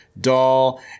doll